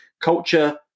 culture